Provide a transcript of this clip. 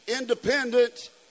independent